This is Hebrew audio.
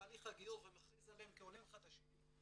תהליך הגיור ומכריז עליהם כעולים חדשים,